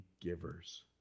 givers